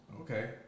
Okay